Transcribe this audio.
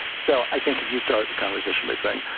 so i think if you start the conversation by saying,